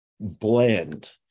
blend